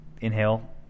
Inhale